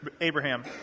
Abraham